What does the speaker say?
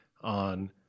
on